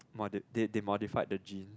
modi~ they modified the genes